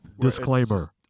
Disclaimer